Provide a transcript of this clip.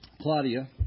Claudia